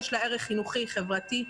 יש לה ערך חינוכי, חברתי.